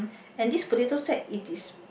and this potato sack it is